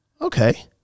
Okay